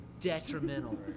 detrimental